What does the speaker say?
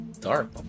dark